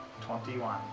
Twenty-one